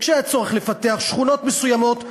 כשהיה צורך לפתח שכונות מסוימות,